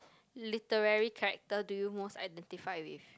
literary character do you most identify with